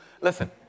Listen